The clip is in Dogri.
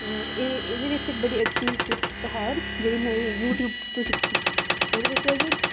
एह् एह्दे बिच्च इक बड़ी अच्छी टिप्स ऐ जेह्ड़ी में यूट्यूब तू सिक्खी ओह्दे बिच्च ऐ कि